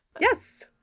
Yes